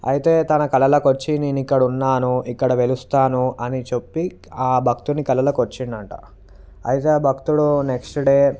అయితే తన కలలోకి వచ్చి నేను ఇక్కడ ఉన్నాను ఇక్కడ వెలుస్తాను అని చెప్పి ఆ భక్తుని కలలోకి వచ్చిండంట అయితే ఆ భక్తుడు నెక్స్ట్ డే